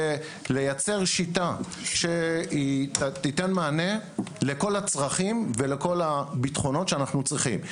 ולייצר שיטה שתיתן מענה לכל הצרכים ולכל הביטחונות שאנחנו צריכים.